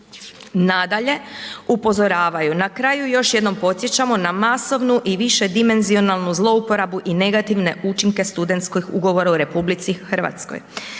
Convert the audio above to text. Nadalje upozoravaju, na kraju još jedno podsjećamo na masovnu i višedimenzionalnu zlouporabu i negativne učinke studentskih ugovora u RH počevši od